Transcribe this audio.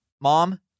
Mom